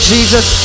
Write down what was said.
Jesus